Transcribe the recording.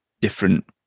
different